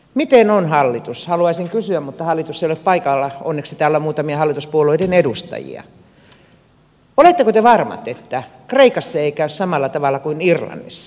miten on hallitus haluaisin kysyä mutta hallitus ei ole paikalla onneksi täällä on muutamia hallituspuolueiden edustajia oletteko te varmoja että kreikassa ei käy samalla tavalla kuin irlannissa